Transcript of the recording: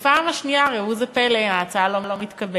ובפעם השנייה, ראו זה פלא, ההצעה לא מתקבלת.